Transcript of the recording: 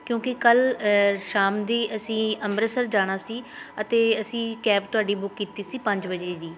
ਕਿਉਂਕਿ ਕੱਲ੍ਹ ਸ਼ਾਮ ਦੀ ਅਸੀਂ ਅੰਮ੍ਰਿਤਸਰ ਜਾਣਾ ਸੀ ਅਤੇ ਅਸੀਂ ਕੈਬ ਤੁਹਾਡੀ ਬੁੱਕ ਕੀਤੀ ਸੀ ਪੰਜ ਵਜੇ ਦੀ